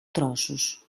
trossos